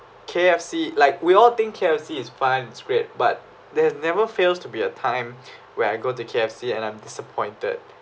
K_F_C like we all think K_F_C is fun it's great but there's never fails to be a time where I go to K_F_C and I'm disappointed